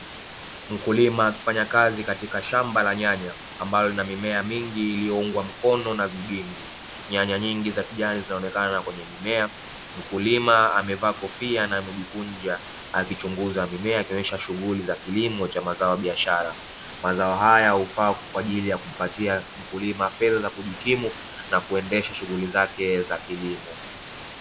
Mkulima akifanya kazi katika shamba la nyanya, ambalo lina mimea mingi iliyoungwa mkono na vigingi. Nyanya nyingi za kijani zinaonekana kwenye mimea, mkulima amevaa kofia na amejikunja akichunguza mimea, akionyesha shughuli za kilimo cha mazao ya biashara. Mazao haya hufaa kwa ajili ya kumpatia mkulima fedha za kujikimu, na kuendesha shughuli zake za kilimo.